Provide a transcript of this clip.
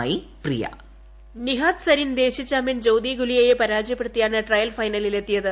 ക്രി നിഖാദ് സരീൻ ദേശീയ ചാമ്പ്യൻ ജ്യോത്തിഗുിലിയയെ പരാജയപ്പെടുത്തിയാണ് ട്രയൽ ഫൈറ്റലിലെത്തിയത്